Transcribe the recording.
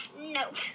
Nope